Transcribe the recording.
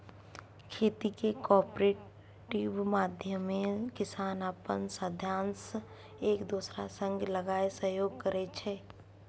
खेतीक कॉपरेटिव माध्यमे किसान अपन साधंश एक दोसरा संग लगाए सहयोग करै छै